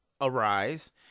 arise